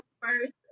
first